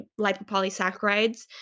lipopolysaccharides